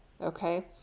Okay